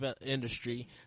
industry